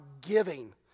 giving